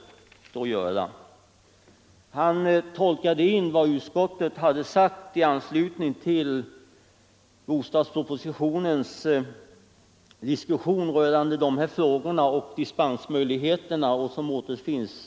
Herr Åkerfeldt gjorde en uttolkning av vad utskottet hade sagt i anslutning till bostadspropositionens diskussion på s. 382 rörande dispensmöjligheterna i detta sammanhang.